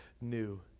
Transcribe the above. new